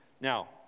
Now